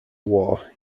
war